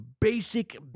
basic